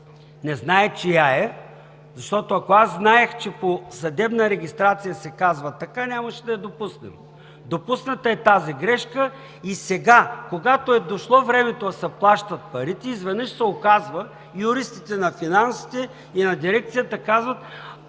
не зная чия е, защото, ако аз знаех, че по съдебна регистрация се казва така, нямаше да я допуснем. Допусната е тази грешка и сега, когато е дошло времето да се плащат парите, изведнъж се оказва, че юристите от Финансите и от дирекцията казват: